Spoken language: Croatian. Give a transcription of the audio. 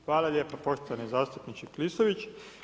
Hvala lijepo poštovani zastupniče Klisović.